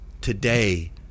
today